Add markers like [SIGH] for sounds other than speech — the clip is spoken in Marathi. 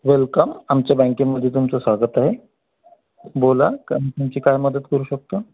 वेलकम आमच्या बँकेमध्ये तुमचं स्वागत आहे बोला [UNINTELLIGIBLE] तुमची काय मदत करू शकतो